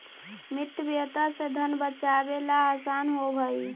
मितव्ययिता से धन बचावेला असान होवऽ हई